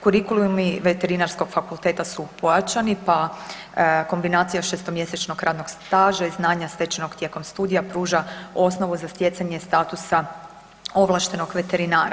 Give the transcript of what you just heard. Kurikulumi Veterinarskog fakulteta su pojačani pa kombinacija 6-mjesečnog radnog staža i znanja stečenog tijekom studija pruža osnovu za stjecanje statusa ovlaštenog veterinara.